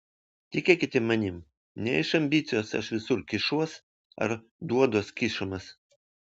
tikėkite manim ne iš ambicijos aš visur kišuos ar duoduos kišamas